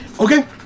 Okay